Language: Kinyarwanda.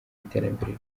iterambere